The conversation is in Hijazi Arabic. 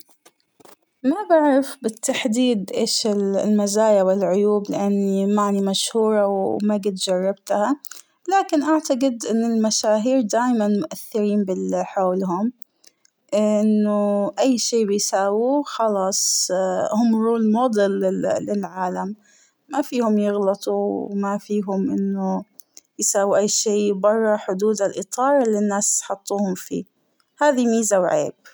ما بعرف بالتحديد اش المزايا والعيوب للأنى مانى مشهورة وما جيت جربتها ، لكن أعتقد أن المشاهير دايماً مؤثرين باللى حولهم ، لأنه اى شى بيساووه خلاص هم رول مود للعالم ، ما فيهم يغلطوا ، ما فيهم إنه يساوو أى شى برة حدود الإيطار اللى الناس حطوهم فيه هاذى ميزة وعيب.